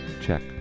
Check